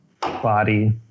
body